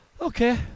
Okay